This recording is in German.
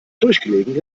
durchgelegen